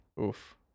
oof